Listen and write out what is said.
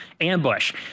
ambush